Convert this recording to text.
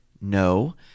No